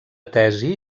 tesi